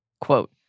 Quote